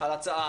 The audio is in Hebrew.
הצעה